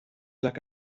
lag